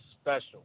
special